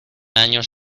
años